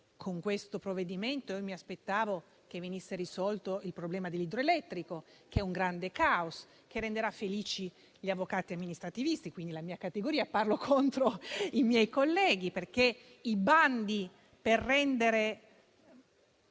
con questo provvedimento mi aspettavo che venisse risolto il problema dell'idroelettrico, che è un grande caos che renderà felici gli avvocati amministrativisti, quindi la mia categoria (parlo contro i miei colleghi), con i bandi per rendere